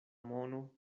mono